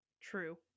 True